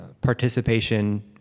participation